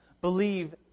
believe